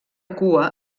cua